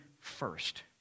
first